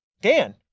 Dan